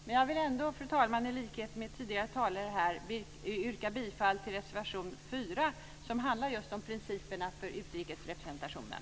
Men jag vill ändå, fru talman, i likhet med tidigare talare här yrka bifall till reservation 4, som handlar just om principerna för utrikesrepresentationen.